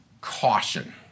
caution